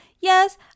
Yes